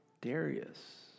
Darius